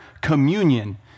communion